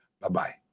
Bye-bye